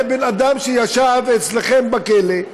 זה בן-אדם שישב אצלכם בכלא,